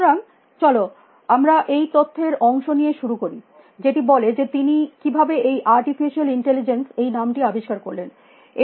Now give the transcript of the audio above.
সুতরাং চলো আমরা এই তথ্যের অংশ দিয়ে শুরু করি যেটি বলে যে তিনি কিভাবে এই আর্টিফিশিয়াল ইন্টেলিজেন্স এই নাম টি আবিষ্কার করলেন